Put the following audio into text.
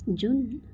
जुन